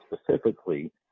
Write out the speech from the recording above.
specifically